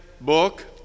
book